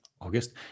August